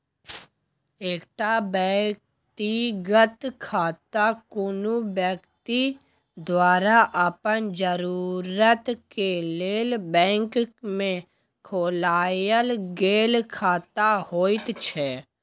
एकटा व्यक्तिगत खाता कुनु व्यक्ति द्वारा अपन जरूरत के लेल बैंक में खोलायल गेल खाता होइत छै